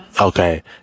Okay